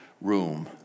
room